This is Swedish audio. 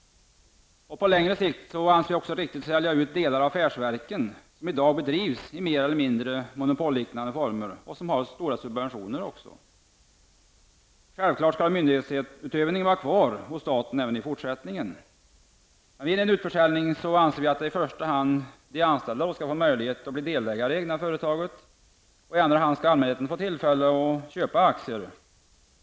På längre sikt anser vi det också riktigt att sälja ut delar av affärsverken, som i dag bedrivs i mer eller mindre monopolliknande former och som får stora subventioner. Vi anser självklart att myndighetsutövningen skall vara kvar hos staten. Vi anser att vid en utförsäljning i första hand de anställda skall få möjlighet att bli delägare i det egna företaget. I andra hand skall allmänheten få tillfälle att köpa aktier.